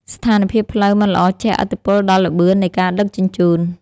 ស្ថានភាពផ្លូវមិនល្អជះឥទ្ធិពលដល់ល្បឿននៃការដឹកជញ្ជូន។